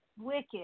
wicked